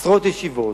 עשרות ישיבות,